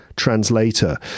Translator